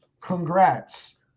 Congrats